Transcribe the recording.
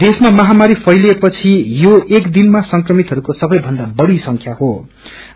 देशमा यो महामारी फैलिएपछि यो एक दिनमा संक्रमितहरूको सबैभन्दा बढ़ी संख्याहो